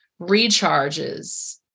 recharges